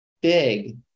big